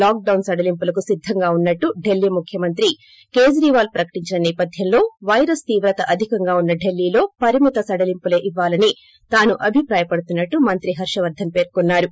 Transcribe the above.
lock down సడలింపులకు సిద్దంగా ఉన్నట్టు ఢిల్లీ ముఖ్యమంత్రి కేజీవాల్ ప్రకటించిన సేపధ్యంలో పైరస్ తీవ్రత అధికంగా ఉన్న ఢిల్లీలో పరిమిత సడలింపులే ఇవ్వాలని తాను అభిప్రాయపడుతున్నట్టు మంత్రి హర్షవర్గస్ పేర్కోన్నారు